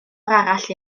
arall